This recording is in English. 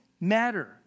matter